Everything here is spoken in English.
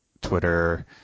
Twitter